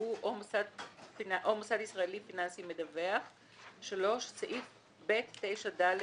יקראו "או מוסד ישראלי פיננסי מדווח"; סעיף ב.9.ד)